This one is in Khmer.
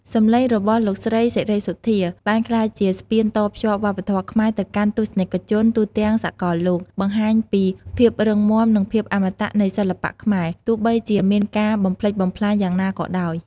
សំឡេងរបស់លោកស្រី សេរីសុទ្ធា បានក្លាយជា ស្ពានតភ្ជាប់វប្បធម៌ ខ្មែរទៅកាន់ទស្សនិកជនទូទាំងសកលលោក បង្ហាញពីភាពរឹងមាំ និងភាពអមតៈនៃសិល្បៈខ្មែរ ទោះបីជាមានការបំផ្លិចបំផ្លាញយ៉ាងណាក៏ដោយ។